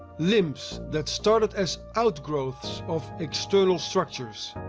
limbs that started as outgrowths of external structures.